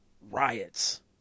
riots